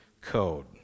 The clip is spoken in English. code